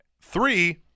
Three